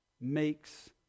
makes